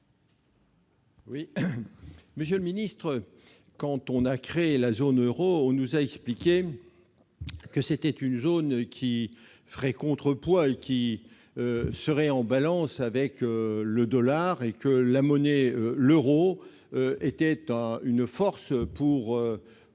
Oui, monsieur le ministre, quand on a créé la zone Euro, on nous a expliqué que c'était une zone qui ferait contrepoids et qui serait en balance avec le dollar et que la monnaie, l'Euro était en une force pour pour